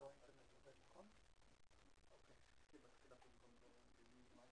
מה שאני רוצה להתייחס אליו זה ממש